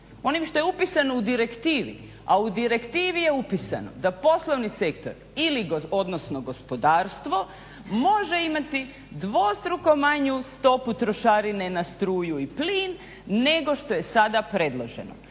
Onim što je upisano u direktivi, a u direktivi je upisano da poslovni sektor ili, odnosno gospodarstvo može imati dvostruko manju stopu trošarine na struju i plin nego što je sada predloženo.